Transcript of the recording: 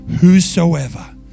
whosoever